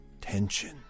Tension